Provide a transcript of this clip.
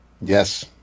Yes